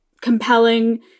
compelling